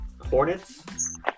Hornets